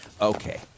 Okay